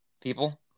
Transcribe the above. people